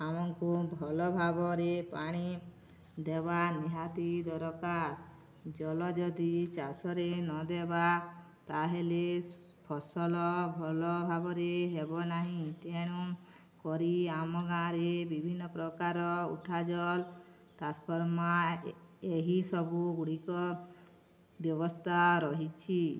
ଆମକୁ ଭଲ ଭାବରେ ପାଣି ଦେବା ନିହାତି ଦରକାର ଜଳ ଯଦି ଚାଷରେ ନ ଦେବା ତା'ହେଲେ ଫସଲ ଭଲ ଭାବରେ ହେବ ନାହିଁ ତେଣୁ କରି ଆମ ଗାଁରେ ବିଭିନ୍ନ ପ୍ରକାର ଉଠା ଜଳ ଟ୍ରାନ୍ସଫର୍ମ୍ ଏହିସବୁ ଗୁଡ଼ିକ ବ୍ୟବସ୍ଥା ରହିଛି